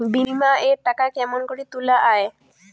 বিমা এর টাকা কেমন করি তুলা য়ায়?